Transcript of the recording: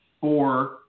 four